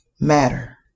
matter